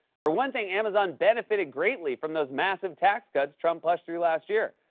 for one thing, amazon benefited greatly from those massive tax cuts trump pushed through last year.